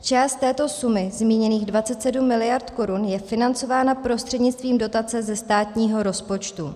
Část této sumy, zmíněných 27 mld. korun, je financována prostřednictvím dotace ze státního rozpočtu.